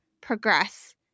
progress